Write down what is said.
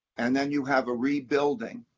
and then you have a rebuilding.